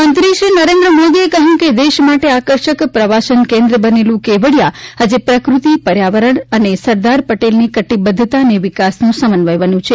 પ્રધાનમંત્રી શ્રી નરેન્દ્ર મોદીએ કહ્યું છે કે દેશ માટે આકર્ષક પ્રવાસન કેન્દ્ર બનેલું કેવડીયા આજે પ્રકૃતિ પર્યાવરણ અને સરદાર પટેલની કટિબદ્ધતા અને વિકાસનું સમન્વય બન્યું છે